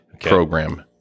Program